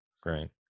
Great